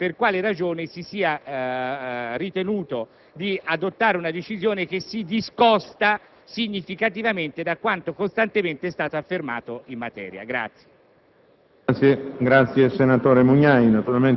Ripeto che non è dato quindi comprendere per quale ragione si sia ritenuto di adottare una decisione che si discosta significativamente da quanto costantemente è stato affermato in materia.